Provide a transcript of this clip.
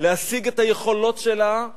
להשיג את היכולות שלה,